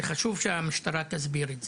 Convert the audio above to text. שהמשטרה תסביר את זה.